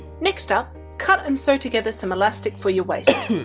next up, cut and sew together some elastic for your waist.